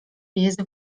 jest